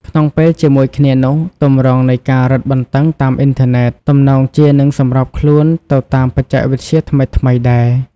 ក្នុងពេលជាមួយគ្នានោះ ទម្រង់នៃការរឹតបន្ដឹងតាមអុីនធើណេតទំនងជានឹងសម្របខ្លួនទៅតាមបច្ចេកវិទ្យាថ្មីៗដែរ។